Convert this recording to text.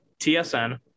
tsn